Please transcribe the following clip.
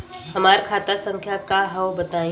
हमार खाता संख्या का हव बताई?